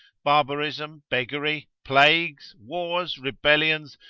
barbarism, beggary, plagues, wars, rebellions,